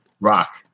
Rock